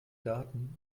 daten